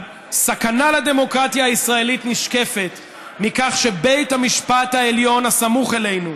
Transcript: סכנה לדמוקרטיה הישראלית נשקפת מכך שבית המשפט העליון הסמוך אלינו